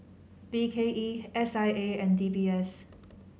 B K E S I A and D B S